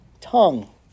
tongue